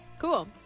Cool